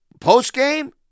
post-game